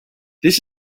this